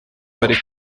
bari